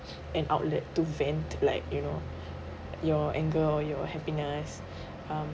an outlet to vent like you know your anger or your happiness